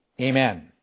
Amen